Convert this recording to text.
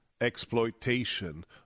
exploitation